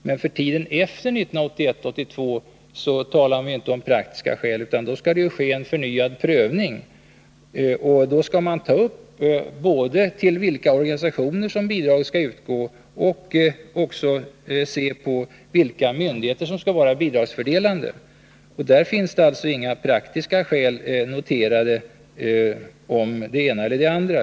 Men för tiden efter 1981/82 talar man inte om praktiska skäl, utan då skall det ske en förnyad prövning. Då skall man både ta upp frågan om till vilka organisationer bidrag skall utgå och frågan om vilka myndigheter som skall vara bidragsfördelande. Där finns det inga praktiska skäl noterade om det ena eller det andra.